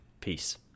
Peace